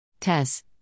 TESS